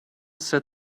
set